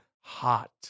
hot